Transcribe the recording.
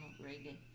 Reagan